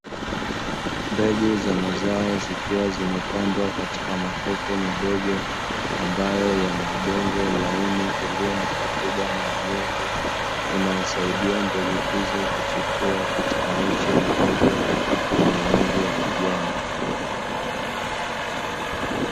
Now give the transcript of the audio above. Mbegu za mazao zikiwa zimepandwa katika makopo madogo ambayo yana udongo laini ulio na rutuba na unyevu, unaosaidia mbegu hizo kuchipua katika miche midogo yenye rangi ya kijani.